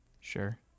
Sure